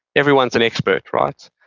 everyone's an expert, right? oh,